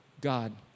God